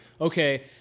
okay